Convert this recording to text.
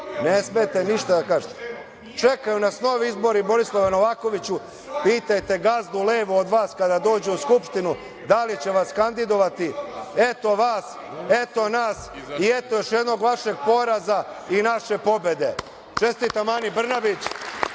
Kupuješ glasove.)Čekaju nas novi izbori, Borislave Novakoviću. Pitajte gazdu levo od vas kada dođe u Skupštinu da li će vas kandidovati. Eto vas, eto nas i eto još jednog vašeg poraza i naše pobede. Čestitam Ani Brnabić.